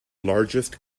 largest